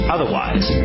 Otherwise